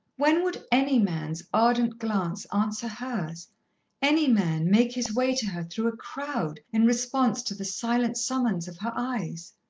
when would any man's ardent glance answer hers any man make his way to her through a crowd in response to the silent summons of her eyes?